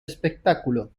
espectáculo